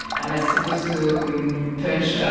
am i supposed to um punch